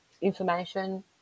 information